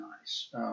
nice